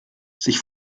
sich